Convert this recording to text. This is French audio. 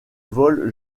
vol